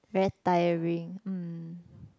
very tiring mm